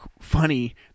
funny